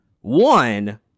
one